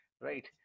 right